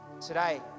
Today